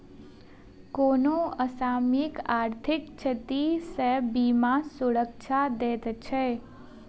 कोनो असामयिक आर्थिक क्षति सॅ बीमा सुरक्षा दैत अछि